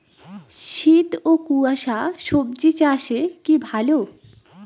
শীত ও কুয়াশা স্বজি চাষে কি ভালো?